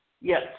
yes